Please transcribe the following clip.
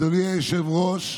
אדוני היושב-ראש,